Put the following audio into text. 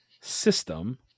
system